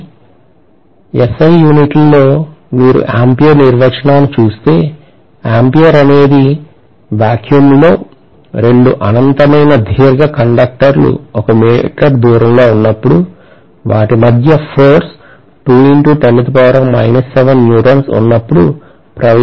కానీ SI యూనిట్లలో మీరు ఆంపియర్ నిర్వచనాన్ని చూస్తే ఆంపియర్ అనేది వాక్క్యూమ్ లో 2 అనంతమైన దీర్ఘ కండక్టర్లు 1 మీటర్ దూరంలో ఉన్నప్పుడు వాటి మధ్య ఫోర్స్ ఉన్నప్పుడు ప్రవహించిన కరెంటు